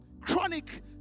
chronic